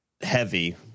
heavy